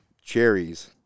cherries